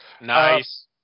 Nice